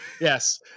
Yes